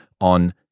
on